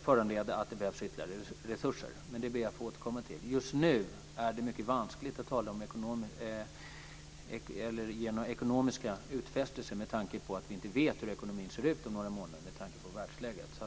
föranleda att det behövs ytterligare resurser. Men det ber jag att få återkomma till. Just nu är det mycket vanskligt att göra några ekonomiska utfästelser med tanke på att vi inte vet hur ekonomin ser ut om några månader med tanke på världsläget.